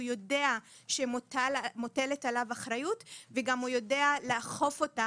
הוא יודע שמוטלת עליו אחריות וגם הוא יודע לאכוף אותה